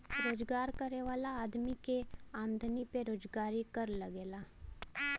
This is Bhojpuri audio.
रोजगार करे वाला आदमी के आमदमी पे रोजगारी कर लगला